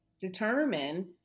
determine